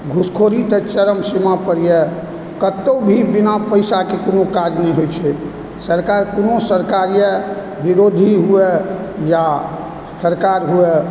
घूसखोरी तऽ चरम सीमा पर यऽ कतौ भी बिना पैसाके कोनो काज नहि होइ छै सरकार कोनो सरकार यऽ विरोधी हुए या सरकार हुए